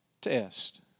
test